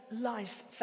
life